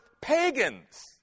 pagans